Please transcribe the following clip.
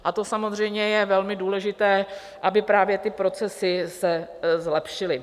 A to samozřejmě je velmi důležité, aby právě ty procesy se zlepšily.